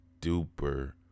duper